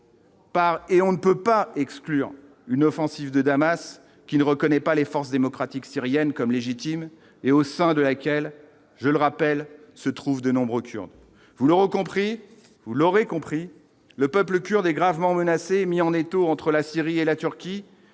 Par et on ne peut pas exclure une offensive de Damas, qui ne reconnaît pas les forces démocratiques syriennes comme légitime et au sein de laquelle je le rappelle, se trouvent de nombreux Kurdes vous l'Euro compris, vous l'aurez compris le peuple kurde est gravement menacée mis en étau entre la Syrie et la Turquie